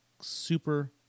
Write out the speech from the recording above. super